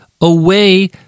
away